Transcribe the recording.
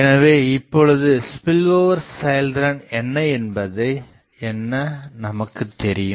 எனவே இப்பொழுது ஸ்பில்ஓவர் செயல்திறன் என்பது என்ன எனபது நமக்கு தெரியும்